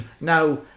Now